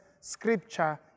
scripture